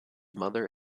mother